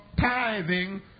tithing